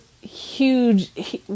huge